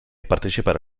partecipare